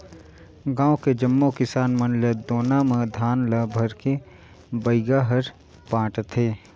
गांव के जम्मो किसान मन ल दोना म धान ल भरके बइगा हर बांटथे